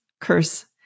curse